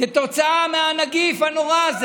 כתוצאה מהנגיף הנורא הזה,